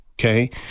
okay